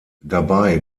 dabei